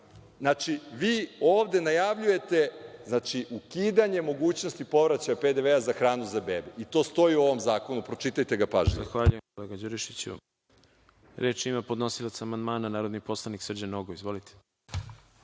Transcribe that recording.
radi. Vi ovde najavljujete ukidanje mogućnosti povraćaja PDV za hranu za bebe i to stoji u ovom zakonu. Pročitajte ga pažljivo.